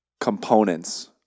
components